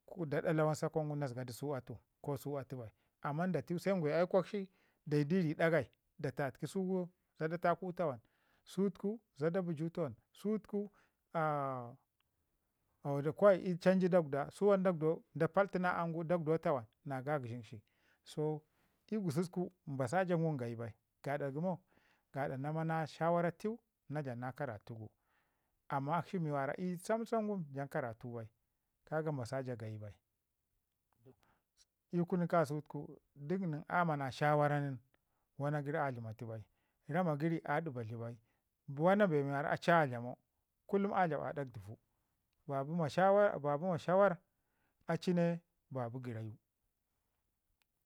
da dak kwan sakau ngum na zəgadu su atu ko su atu bai. Amman da tau se kwa ii aikokshi dayi du ii ri ɗagai da tatiki su gu zada taaku tawan, su wutuku zada bəju tawan, su wutuku kai ii canji dakwda da paltina aam gu su wan dakwdau tawan na gagəshin shi. So ii gususku mbasa ja ngum gayi bai gaɗa gəmo gaɗa na mana shawara teu na dlam na karatu, amma akshi mi ii samsam wun dlam karatu bai, ka ga mbasa ja gayi bai. Ii kunu kasutuku duk nən a mana shawara nin, bu wana gəri a dlamatu bai, rama gəri a ɗibadlu bai, wana wara aci a dlamau kullum a daɓ a ɗak dəvu, ba bi ma shawara ba bi ma shawarar a ci ne ba bi gərayu.